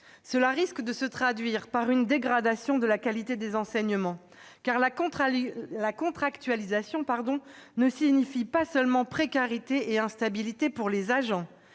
Cela risque de se traduire par une dégradation de la qualité des enseignements. Car la contractualisation ne signifie pas seulement précarité et instabilité pour les agents.